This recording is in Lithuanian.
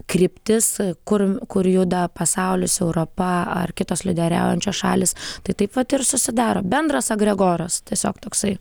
kryptis kur kur juda pasaulis europa ar kitos lyderiaujančios šalys tai taip vat ir susidaro bendras agregoras tiesiog toksai